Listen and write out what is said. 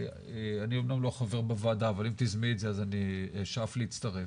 אני אמנם לא חבר בוועדה אבל אם תזמי את זה אז אני אשאף להצטרף.